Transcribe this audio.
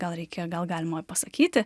gal reikėjo gal galima pasakyti